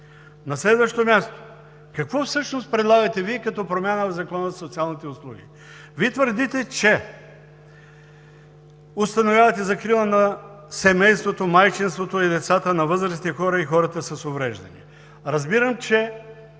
На следващо място, какво всъщност предлагате Вие като промяна в Закона за социалните услуги? Вие твърдите, че установявате закрила на семейството, майчинството и децата, на възрастните хора и хората с увреждания. Разбирам, че